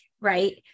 right